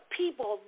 people